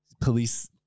police